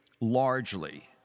largely